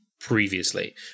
previously